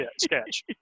sketch